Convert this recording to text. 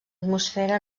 atmosfera